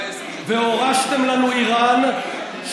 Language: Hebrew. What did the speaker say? בעשר השנים האחרונות,